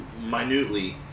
minutely